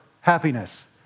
happiness